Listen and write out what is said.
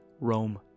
Rome